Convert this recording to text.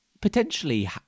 potentially